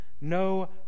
no